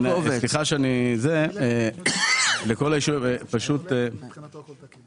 דרך אגב, סליחה שאני פותח כאן